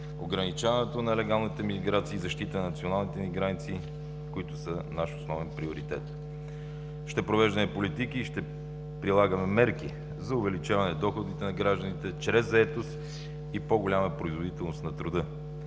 ограничаване на нелегалната миграция и защита на националните ни граници, които са наш основен приоритет. Ще провеждаме политики и ще прилагаме мерки за увеличаване доходите на гражданите чрез заетост и по-голяма производителност на труда.